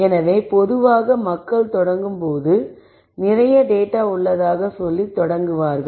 எனவே பொதுவாக மக்கள் தொடங்கும் போது நிறைய டேட்டா உள்ளதாக சொல்லித் தொடங்குகிறார்கள்